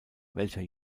welcher